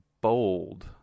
bold